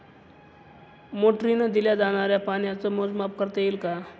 मोटरीने दिल्या जाणाऱ्या पाण्याचे मोजमाप करता येईल का?